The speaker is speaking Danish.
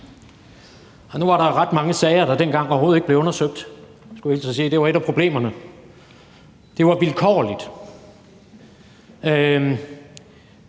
Nu var der ret mange sager, der dengang overhovedet ikke blev undersøgt, skulle jeg hilse og sige. Det var et af problemerne. Det var vilkårligt.